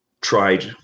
tried